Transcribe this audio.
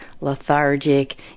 lethargic